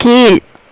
கீழ்